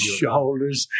shoulders